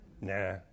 nah